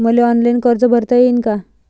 मले ऑनलाईन कर्ज भरता येईन का?